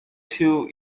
się